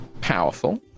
powerful